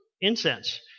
incense